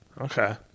Okay